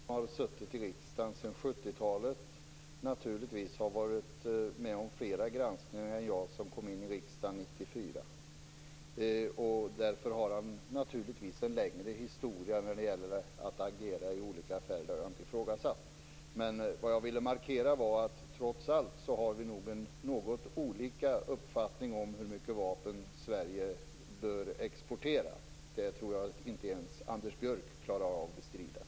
Fru talman! Naturligtvis har Anders Björck, som suttit i riksdagen sedan 70-talet, varit med om fler granskningar än jag, som kom in i riksdagen 1994. Därför har han naturligtvis en längre historia när det gäller att agera i olika affärer. Det har jag inte ifrågasatt. Vad jag ville markera var att vi nog, trots allt, har något olika uppfattningar om hur mycket vapen Sverige bör exportera. Det tror jag inte ens att Anders Björck klarar av att bestrida.